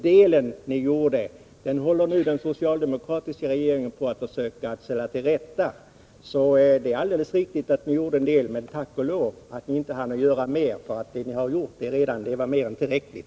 Den ”delen” håller nu den socialdemokratiska regeringen på att försöka ställa till rätta. Det är alldeles riktigt att ni gjorde en del, men tack och lov att ni inte hann göra mer. Redan det ni gjorde var mer än tillräckligt.